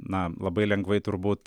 na labai lengvai turbūt